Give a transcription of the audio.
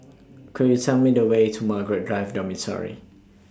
Could YOU Tell Me The Way to Margaret Drive Dormitory